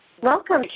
Welcome